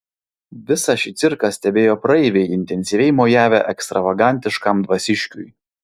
visa šį cirką stebėjo praeiviai intensyviai mojavę ekstravagantiškam dvasiškiui